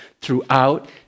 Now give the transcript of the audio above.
throughout